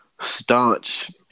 staunch